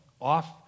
off